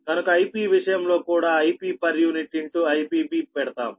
కనుక Ip విషయంలో కూడా Ip IpB పెడతాము